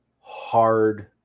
hard